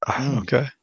Okay